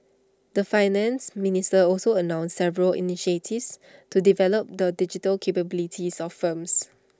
the Finance Minister also announced several initiatives to develop the digital capabilities of firms